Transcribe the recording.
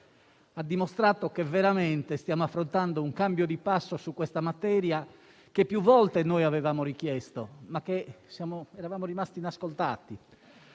ha dimostrato che veramente stiamo affrontando un cambio di passo su questa materia, come più volte avevamo richiesto, rimanendo tuttavia inascoltati.